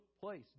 place